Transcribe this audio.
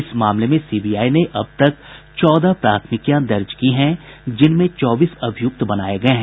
इस मामले में सीबीआई ने अब तक चौदह प्राथमिकियां दर्ज की हैं जिसमें चौबीस अभियुक्त बनाये गये हैं